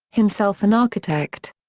himself an architect.